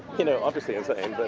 you know obviously i'm sane, but